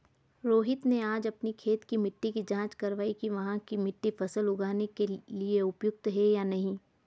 रोहित ने आज अपनी खेत की मिट्टी की जाँच कारवाई कि वहाँ की मिट्टी फसल उगाने के लिए उपयुक्त है या नहीं